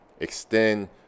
extend